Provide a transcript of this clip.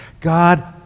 God